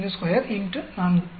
452 X 4